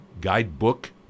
guidebook